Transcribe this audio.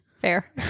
Fair